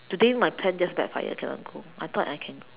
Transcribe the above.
today my plan just backfired cannot go I thought I can